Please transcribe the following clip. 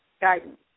guidance